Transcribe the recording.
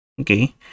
okay